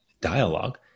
dialogue